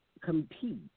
compete